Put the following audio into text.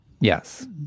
Yes